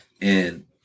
And-